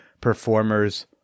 performers